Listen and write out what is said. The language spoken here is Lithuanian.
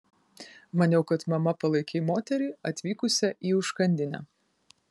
maniau kad mama palaikei moterį atvykusią į užkandinę